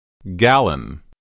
Gallon